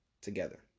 together